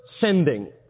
sending